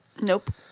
Nope